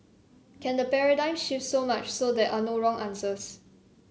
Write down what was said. can the paradigm shift so much so there are no wrong answers